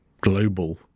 global